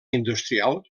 industrial